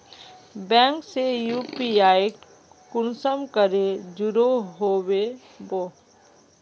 Bank से UPI कुंसम करे जुड़ो होबे बो?